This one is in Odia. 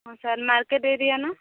ହଁ ସାର୍ ମାର୍କେଟ୍ ଏରିଆନା